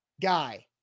guy